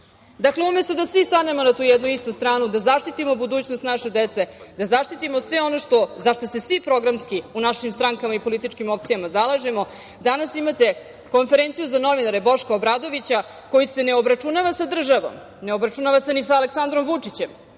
umesto da svi stanemo na tu jednu istu stranu, da zaštitimo budućnost naše dece, da zaštitimo sve ono za šta se svi programski u našim strankama i političkim opcijama zalažemo, danas imate konferenciju za novinare Boška Obradovića koji se ne obračunava sa državom, ne obračunava se ni sa Aleksandrom Vučićem,